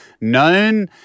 known